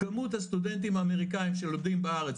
כמות הסטודנטים האמריקאים שלומדים בארץ,